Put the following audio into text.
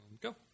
Go